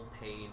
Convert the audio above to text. paid